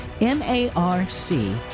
M-A-R-C